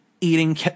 eating